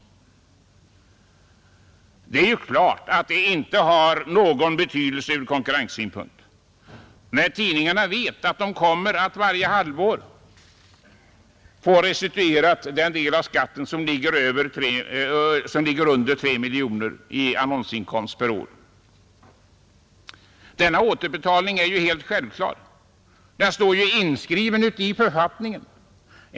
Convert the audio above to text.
Det är ju klart att detta inte har någon betydelse från konkurrenssynpunkt, när tidningarna vet att de varje halvår kommer att få restitution på den del av skatten som ligger under 3 miljoner kronor i annonsinkomst per år. Denna återbetalning är ju helt självklar. Den står inskriven i författningen.